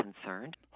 concerned